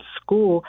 school